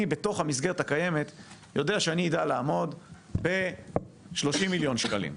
אני בתוך המסגרת הקיימת יודע שאני אדע לעמוד ב-30,000,000 שקלים,